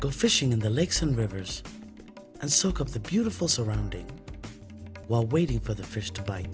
go fishing in the lakes and rivers and soak up the beautiful surroundings while waiting for the fish to bite